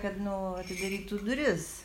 kad nu atidarytų duris